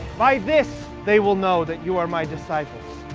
by this they will know that you are my disciples,